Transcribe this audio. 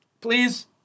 please